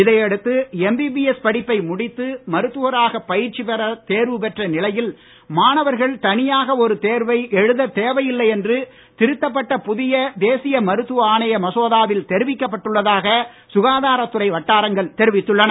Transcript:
இதை அடுத்து எம்பிபிஎஸ் படிப்பை முடித்து மருத்துவராக பயிற்சி பெற தேர்வு பெற்ற நிலையில் மாணவர்கள் தனியாக ஒரு தேர்வை எழுத தேவையில்லை என்று திருத்தப்பட்ட புதிய தேசிய மருத்துவ ஆணைய மசோதாவில் தெரிவிக்கப்பட்டுள்ளதாக சுகாதார துறை வட்டாரங்கள் தெரிவித்துள்ளன